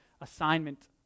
assignment